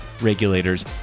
regulators